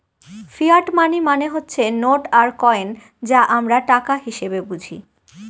fiat money মানে হচ্ছে note আর কয়েন যা আমরা টাকা হিসেবে বুঝি